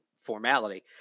formality